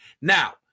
Now